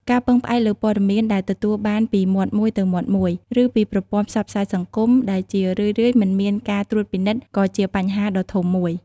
ការពឹងផ្អែកលើព័ត៌មានដែលទទួលបានពីមាត់មួយទៅមាត់មួយ ឬពីប្រព័ន្ធផ្សព្វផ្សាយសង្គម ដែលជារឿយៗមិនមានការត្រួតពិនិត្យក៏ជាបញ្ហាដ៏ធំមួយ។